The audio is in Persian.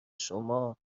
شما